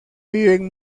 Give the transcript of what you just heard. viven